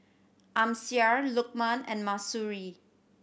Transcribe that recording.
Amsyar Lukman and Mahsuri